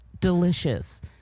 delicious